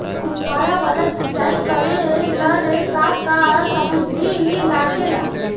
फ़ुहारा वाला सिचाई करे लर का का समाग्री लागे ला?